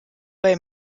bei